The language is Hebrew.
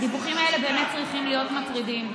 הדיווחים האלה באמת צריכים להיות מטרידים,